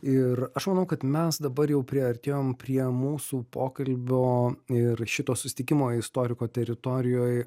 ir aš manau kad mes dabar jau priartėjom prie mūsų pokalbio ir šito susitikimo istoriko teritorijoj